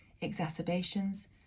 exacerbations